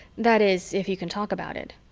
that is, if you can talk about it.